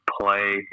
play